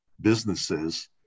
businesses